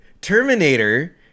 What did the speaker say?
Terminator